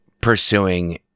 pursuing